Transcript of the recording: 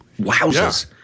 wowzers